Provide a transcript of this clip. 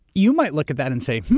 you might look at that and say, hmm,